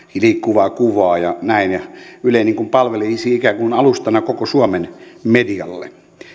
liikkuvaa kuvaa ja näin ja yle palvelisi ikään kuin alustana koko suomen medialle